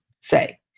say